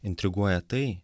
intriguoja tai